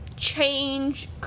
Change